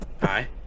Hi